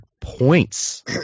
points